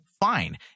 fine